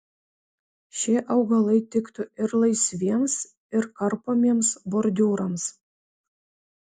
šie augalai tiktų ir laisviems ir karpomiems bordiūrams